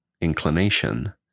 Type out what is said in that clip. inclination